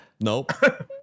Nope